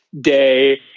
day